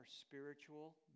spiritual